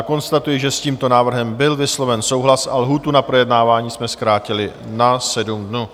Konstatuji, že s tímto návrhem byl vysloven souhlas a lhůtu na projednávání jsme zkrátili na 7 dnů.